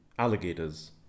Alligators